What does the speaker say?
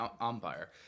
umpire